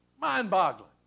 Mind-boggling